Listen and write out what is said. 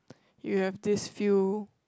you have these few